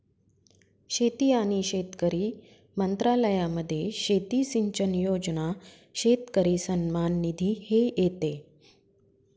शेती आणि शेतकरी मंत्रालयामध्ये शेती सिंचन योजना, शेतकरी सन्मान निधी हे येते